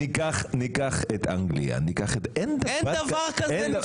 ניקח את אנגליה, אין דבר כזה.